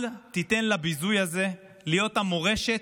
אל תיתן לביזוי הזה להיות המורשת,